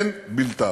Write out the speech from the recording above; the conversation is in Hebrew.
אין בלתה.